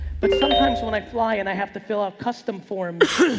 but sometimes when i fly and i have to fill out custom forms,